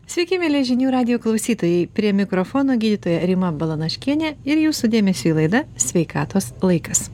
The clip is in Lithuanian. sveiki mieli žinių radijo klausytojai prie mikrofono gydytoja rima balanaškienė ir jūsų dėmesiui laida sveikatos laikas